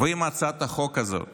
ואם הצעת החוק הזאת